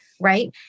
right